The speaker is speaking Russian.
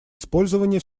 использования